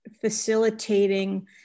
facilitating